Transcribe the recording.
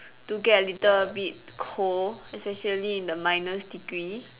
do get a little bit cold especially in the minus degree